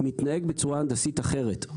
מתנהג בצורה הנדסית אחרת.